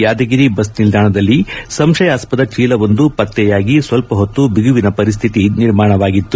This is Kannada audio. ಯಾದಗಿರಿ ಬಸ್ ನಿಲ್ಲಾಣದಲ್ಲಿ ಸಂಶಯಾಸದ ಚೀಲವೊಂದು ಪತ್ತೆಯಾಗಿ ಸ್ವಲ್ಲ ಹೊತ್ತು ಬಿಗುವಿನ ಪರಿಸ್ಥಿತಿ ನಿರ್ಮಾಣವಾಗಿತ್ತು